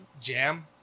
Jam